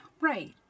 Right